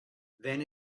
then